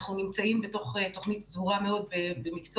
אנחנו נמצאים בתוך תוכנית סדורה מאוד במקצוע